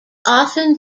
often